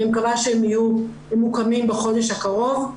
אני מקווה שהם יהיו מוקמים בחודש הקרוב.